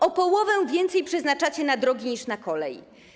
O połowę więcej przeznaczacie na drogi niż na kolej.